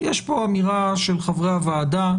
יש פה אמירה של חברי הוועדה,